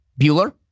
Bueller